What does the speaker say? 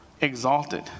Exalted